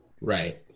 Right